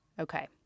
Okay